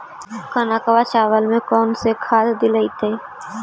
कनकवा चावल में कौन से खाद दिलाइतै?